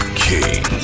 king